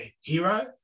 hero